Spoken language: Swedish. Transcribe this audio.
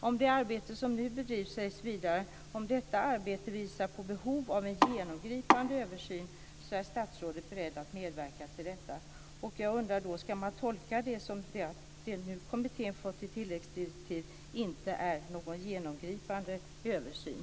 Om det arbete som nu bedrivs sägs vidare att om detta arbete visar på behov av en genomgripande översyn är statsrådet beredd att medverka till detta. Jag undrar: Ska man tolka detta som att det kommittén nu fått tilläggsdirektiv om inte är någon genomgripande översyn?